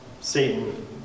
Satan